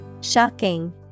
shocking